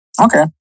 Okay